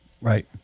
Right